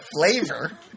flavor